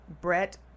Brett